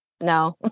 no